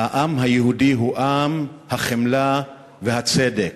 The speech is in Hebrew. העם היהודי הוא עם החמלה והצדק.